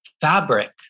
fabric